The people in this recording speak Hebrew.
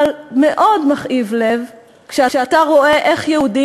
אבל מאוד מכאיב לב כשאתה רואה איך יהודים